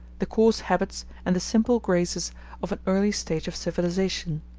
the coarse habits, and the simple graces of an early stage of civilization.